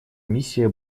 миссия